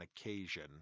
occasion